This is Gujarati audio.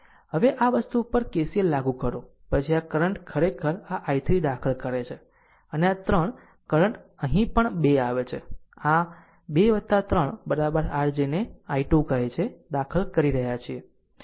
હવે આ વસ્તુ પર KCL લાગુ કરો પછી આ કરંટ ખરેખર આ I3 દાખલ કરે છે અને આ 3 કરંટ પણ અહીં 2 આવે છે આ 2 3 r જેને I2 કહે છે દાખલ કરી રહ્યા છે